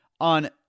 on